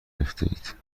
گرفتهاید